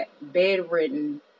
bedridden